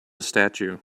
statue